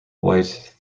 white